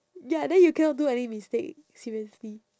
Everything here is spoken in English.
ya then you cannot do any mistake seriously